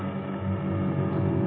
he